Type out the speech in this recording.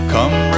Come